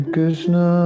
Krishna